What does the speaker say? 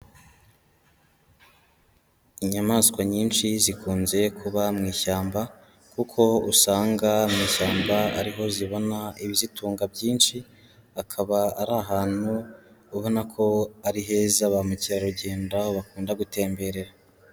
Inyamaswa nyinshi zikunze kuba mu ishyamba, kuko usanga mu ishyamba ariho zibona ibizitunga byinshi, hakaba ari ahantu ubona ko ari heza ba mukerarugendo bakunda gutemberera.